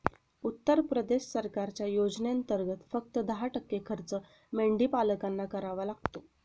उत्तर प्रदेश सरकारच्या योजनेंतर्गत, फक्त दहा टक्के खर्च मेंढीपालकांना करावा लागतो